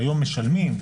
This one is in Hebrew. שהיום משלמים,